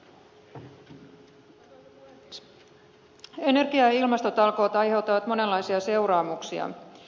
energia ja ilmastotalkoot ai heuttavat monenlaisia seuraamuksia